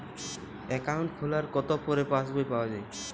Account খোলার কতো পরে পাস বই পাওয়া য়ায়?